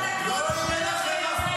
תזכרי מה אני אומר לך.